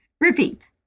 Repeat